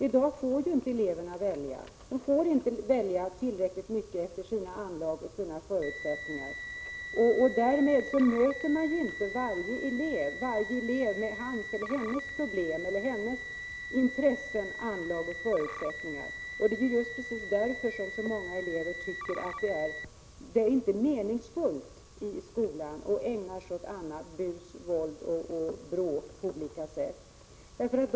I dag får ju eleverna inte välja. De får inte välja tillräckligt mycket efter sina anlag och sina förutsättningar. Därmed möter man inte varje elev med hans eller hennes problem, intressen, anlag och förutsättningar. Det är just därför som så många elever tycker att det inte är meningsfullt att gå i skolan och därför ägnar sig åt annat — bus, våld och bråk på olika sätt.